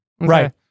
Right